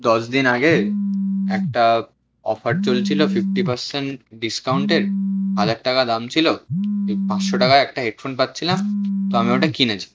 দশ দিন আগে একটা অফার চলছিলো ফিফটি পারসেন্ট ডিস্কাউন্টের হাজার টাকা দাম ছিলো ওই পাঁচশো টাকায় একটা হেডফোন পাচ্ছিলাম তা আমি ওটা কিনেছি